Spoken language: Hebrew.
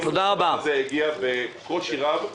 למרות שהגיעה בקושי רב.